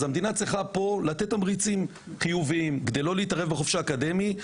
אז המדינה צריכה פה לתת תמריצים חיוביים כדי לא להתערב בחופש האקדמי,